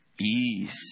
Ease